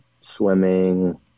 swimming